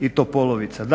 i Topolovica.